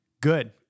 Good